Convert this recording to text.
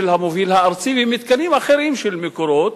המוביל הארצי ומתקנים אחרים של "מקורות"